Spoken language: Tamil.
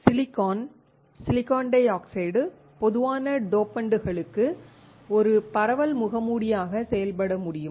சிலிக்கான் டை ஆக்சைடு பொதுவான டோபண்டுகளுக்கு ஒரு பரவல் முகமூடியாக செயல்பட முடியும்